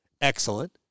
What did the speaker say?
Excellent